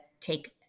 take